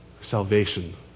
salvation